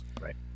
Right